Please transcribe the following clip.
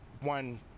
One